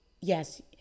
yes